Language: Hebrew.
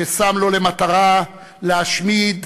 ששם לו למטרה להשמיד,